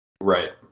Right